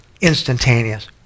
instantaneous